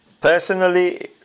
Personally